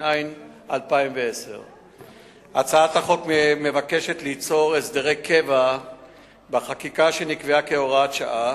התש"ע 2010. הצעת החוק מבקשת ליצור הסדרי קבע לחקיקה שנקבעה כהוראת שעה